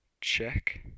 check